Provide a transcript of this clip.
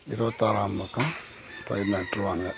இருபத்தாறாம் பக்கம் பயிர் நட்டிருவாங்க